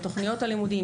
תוכניות הלימודים,